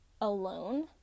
alone